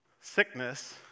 sickness